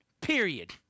period